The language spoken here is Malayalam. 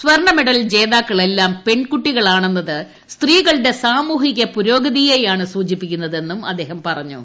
സ്വർണ്ണമെഡൽ ജേതാക്കളെല്ലാം പെൺകുട്ടികളാണെന്നത് സ്ത്രീകളുടെ സാമൂഹിക പുരോഗതിയെയാണ് സൂചിപ്പിക്കുന്നതെന്നും അദ്ദേഹം പറഞ്ഞു